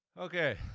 okay